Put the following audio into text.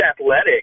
athletic